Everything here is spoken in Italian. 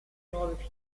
nuove